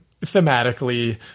thematically